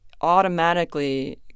automatically